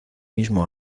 mismo